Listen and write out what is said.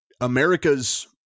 America's